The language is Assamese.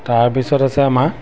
তাৰপিছত আছে আমাৰ